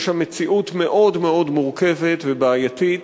יש שם מציאות מאוד מורכבת ובעייתית,